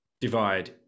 divide